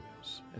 news